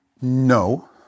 No